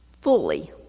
fully